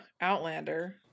Outlander